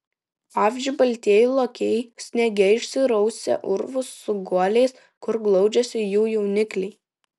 pavyzdžiui baltieji lokiai sniege išsirausia urvus su guoliais kur glaudžiasi jų jaunikliai